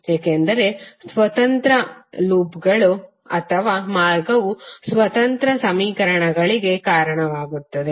ಏಕೆಂದರೆ ಸ್ವತಂತ್ರ ಲೂಪ್ಗಳು ಅಥವಾ ಮಾರ್ಗವು ಸ್ವತಂತ್ರ ಸಮೀಕರಣಗಳಿಗೆ ಕಾರಣವಾಗುತ್ತದೆ